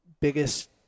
biggest